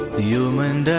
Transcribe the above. a human